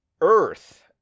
Earth